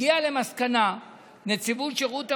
הגיעה למסקנה נציבות שירות המדינה,